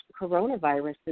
coronavirus